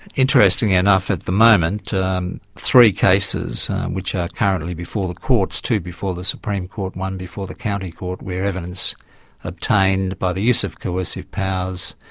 interestingly enough, at the moment three cases which are currently before the courts, two before the supreme court, one before the county court, where evidence obtained by the use of coercive powers,